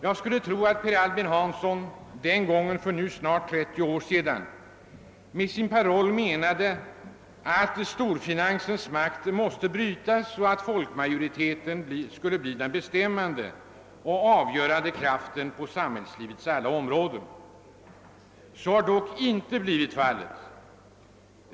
Jag skulle tro att Per Albin Hansson den gången för nu snart 30 år sedan med denna sin paroll menade, att storfinansens makt måste brytas och att folkmajoriteten skulle bli den bestämmande och avgörande kraften på samhällslivets alla områden. Så har dock inte blivit fallet.